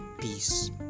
Peace